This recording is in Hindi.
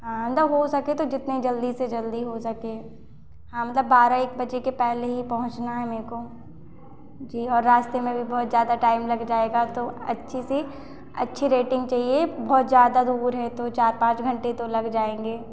हाँ आइंदा हो सके तो जितनी जल्दी से जल्दी हो सके हाँ मतलब बारह एक बजे पहले ही पहुँचाना है मेरे को जी और रास्ते में भी बहुत ज़्यादा टाइम लग जाएगा तो अच्छी सी अच्छी रेटिंग चाहिए बहुत ज़्यादा दूर है तो चार पाँच घंटे तो लग जाएँगे